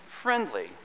friendly